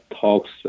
talks